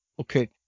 Okay